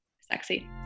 Sexy